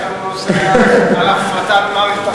יש לנו הצעה על ההפרטה במערכת החינוך.